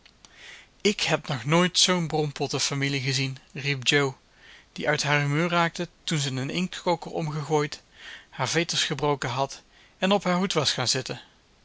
ik heb nog nooit zoo'n brompotten familie gezien riep jo die uit haar humeur raakte toen ze een inktkoker omgegooid haar veters gebroken had en op haar hoed was gaan zitten